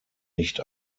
nicht